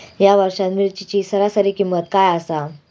या वर्षात मिरचीची सरासरी किंमत काय आसा?